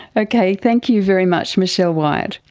okay, thank you very much michelle wyatt.